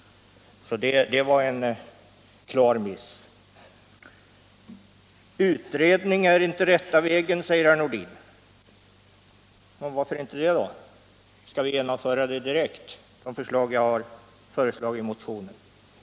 Det var alltså en klar miss. Utredning är inte rätta vägen, säger herr Nordin. Varför inte det? Skall vi direkt genomföra förslagen i min motion?